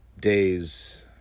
days